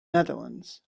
netherlands